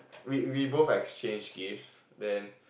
we we both exchanged gifts then